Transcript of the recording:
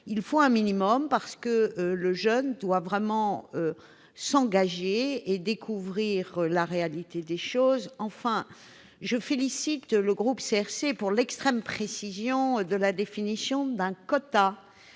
Il faut un minimum, parce que le jeune doit vraiment s'engager et découvrir la réalité des choses. Enfin, je félicite le groupe CRC de son extrême précision dans la définition d'un quota